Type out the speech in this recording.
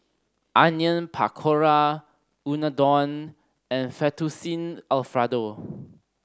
Onion Pakora Unadon and Fettuccine Alfredo